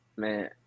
Man